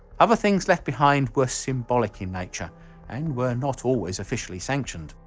other things left behind were symbolic in nature and were not always officially sanctioned.